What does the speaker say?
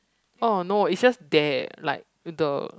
oh no is just there like in the